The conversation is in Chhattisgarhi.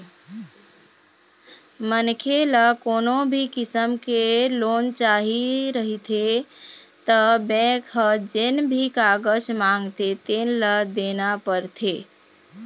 मनखे ल कोनो भी किसम के लोन चाही रहिथे त बेंक ह जेन भी कागज मांगथे तेन ल देना परथे